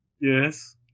Yes